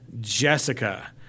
Jessica